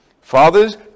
Fathers